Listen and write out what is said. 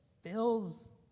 fills